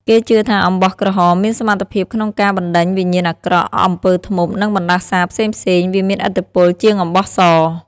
គេជឿថាអំបោះក្រហមមានសមត្ថភាពក្នុងការ បណ្ដេញវិញ្ញាណអាក្រក់ អំពើធ្មប់ និងបណ្ដាសាផ្សេងៗ វាមានឥទ្ធិពលជាងអំបោះស។